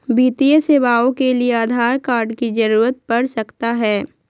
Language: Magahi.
वित्तीय सेवाओं के लिए आधार कार्ड की जरूरत पड़ सकता है?